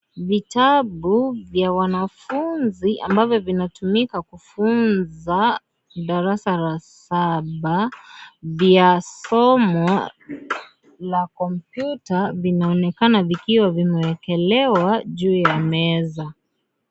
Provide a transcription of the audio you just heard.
Vitabu vya wanafunzi ambavyo vinatumika kufunza darasa la saba vya somo la kompyuta vinaonekana vikiwa vimewekelewa juu ya meza.